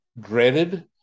dreaded